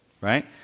right